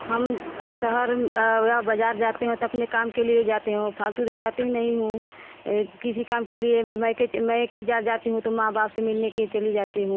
हम शहर या बाज़ार जाते हैं तो अपने काम के लिए जाते हैं फालतू तो जाती नहीं हूँ किसी काम के लिए माय मायके जा जा जाती हूँ तो माँ बाप से मिलने के लिए चली जाती हूँ